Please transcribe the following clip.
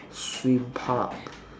swim park